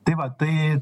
tai va tai